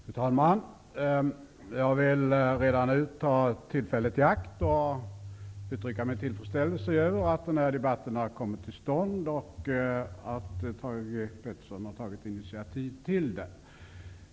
Fru talman! Jag vill redan nu ta tillfället i akt att uttrycka min tillfredsställelse över att denna debatt har kommit till stånd och att Thage G. Peterson har tagit initiativ till den.